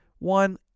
One